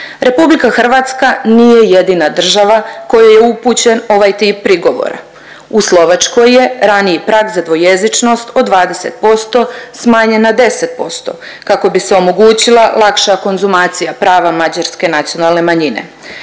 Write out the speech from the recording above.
prostoru. RH nije jedina država kojoj je upućen ovaj tip prigovora. U Slovačkoj je raniji prag za dvojezičnost od 20% smanjen na 10% kako bi se omogućila lakša konzumacija prava mađarske nacionalne manjine.